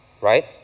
right